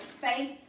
faith